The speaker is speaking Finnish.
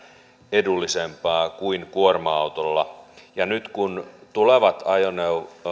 edullisempaa kuin kuorma autolla nyt kun tulevat